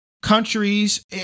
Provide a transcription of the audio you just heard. Countries